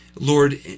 Lord